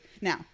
Now